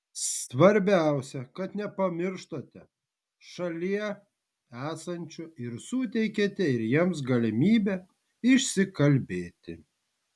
svarbiausia kad nepamirštate šalie esančių ir suteikiate ir jiems galimybę išsikalbėti